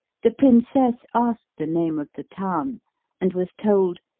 the princess asked the name of the town and was told,